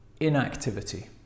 inactivity